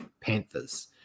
Panthers